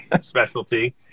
Specialty